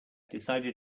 decided